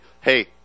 hey